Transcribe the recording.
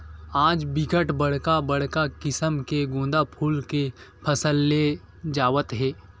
आज बिकट बड़का बड़का किसम के गोंदा फूल के फसल ले जावत हे